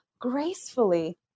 gracefully